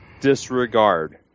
disregard